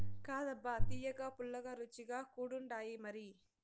కాదబ్బా తియ్యగా, పుల్లగా, రుచిగా కూడుండాయిమరి